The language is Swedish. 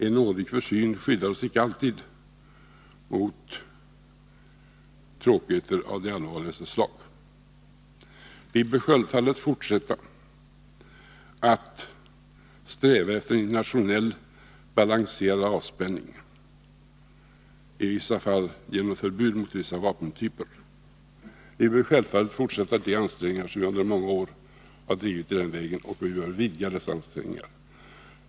En nådig försyn skyddar oss icke alltid mot tråkigheter av det allvarligaste slag. Vi bör självfallet fortsätta att sträva efter internationell balansering och avspänning — i vissa fall genom ett förbud mot vissa vapentyper. Vi bör självfallet fortsätta de ansträngningar som vi under många år har drivit i den vägen, och vi bör vidga dessa ansträngningar.